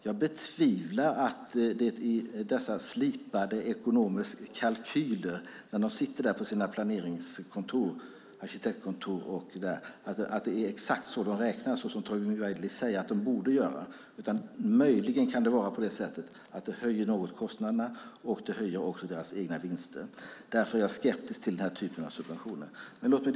Jag betvivlar att de i dessa slipade ekonomiska kalkyler som de gör på sina planeringskontor och arkitektkontor räknar exakt så som Tommy Waidelich säger att de borde göra. Möjligen är det så att det något höjer kostnaderna och också höjer deras egna vinster. Därför är jag skeptisk till den här typen av subventioner. Fru talman!